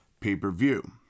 pay-per-view